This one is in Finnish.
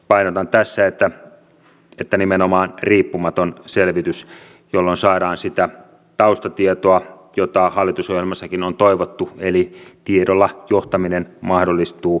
painotan tässä että nimenomaan riippumaton selvitys jolloin saadaan sitä taustatietoa jota hallitusohjelmassakin on toivottu eli tiedolla johtaminen mahdollistuu